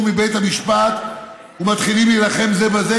מבית המשפט ומתחילים להילחם זה בזה,